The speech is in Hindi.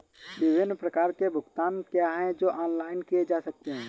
विभिन्न प्रकार के भुगतान क्या हैं जो ऑनलाइन किए जा सकते हैं?